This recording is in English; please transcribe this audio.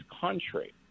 country